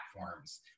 platforms